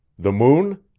the moon?